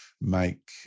make